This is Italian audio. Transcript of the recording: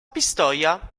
pistoia